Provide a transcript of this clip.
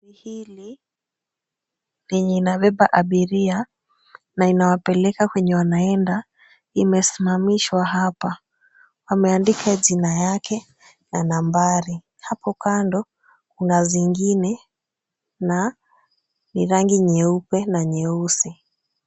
Gari hili lenye inabeba abiria na inawapeleka kwenye wanaenda, limesimamishwa hapa. Wameandika jina yake na nambari. Hapo kando kuna zingine na ni rangi nyeupe na nyeusi.